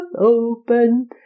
open